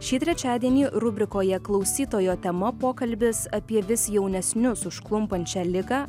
šį trečiadienį rubrikoje klausytojo tema pokalbis apie vis jaunesnius užklumpančią ligą